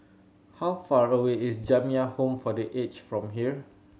how far away is Jamiyah Home for The Aged from here